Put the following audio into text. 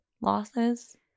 losses